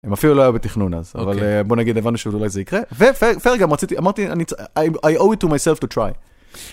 הם אפילו לא היו בתכנון אז, אוקיי, אבל בוא נגיד הבנו שאולי זה יקרה, ופייר גם רציתי, אמרתי, I owe it to myself to try.